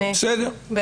בסדר, טוב.